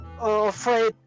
afraid